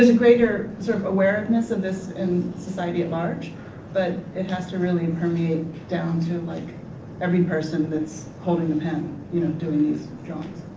greater sort of awareness of this in society at large but it has to really and permeate down to like every person that's holding the pen you know doing these drawings.